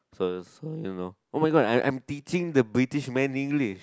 first I don't know oh my god I'm I'm teaching the British man English